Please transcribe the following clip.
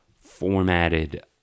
formatted